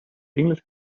english